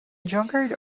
drunkard